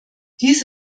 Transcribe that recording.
dies